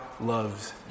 loves